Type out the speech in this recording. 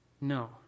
No